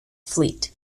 fleet